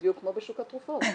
בדיוק כמו בשוק התרופות.